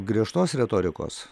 griežtos retorikos